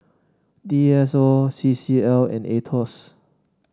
D S O C C L and Aetos